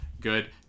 good